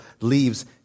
leaves